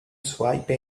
swipe